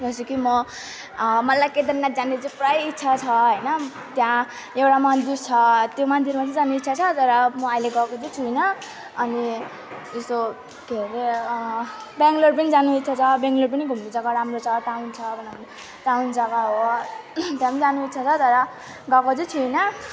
जस्तै कि म मलाई केदारनाथ जाने चाहिँ प्रायः इच्छा छ हैन त्यहाँ एउटा मन्दिर छ त्यो मन्दिरमा चाहिँ जानु इच्छा छ तर म अहिले गएको चाहिँ छुइनँ अनि यस्तो के रे ब्याङ्लोर पनि जानु इच्छा छ ब्याङ्लोर पनि घुम्ने जग्गा राम्रो छ टाउन छ भन्नाले टाउन जग्गा हो त्यहाँ पनि जानु इच्छा छ तर गएको चाहिँ छुइनँ